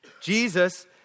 Jesus